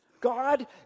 God